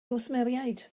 gwsmeriaid